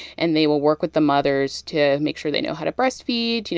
and they will work with the mothers to make sure they know how to breastfeed, you know,